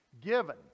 given